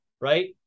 right